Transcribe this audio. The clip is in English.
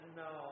no